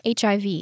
HIV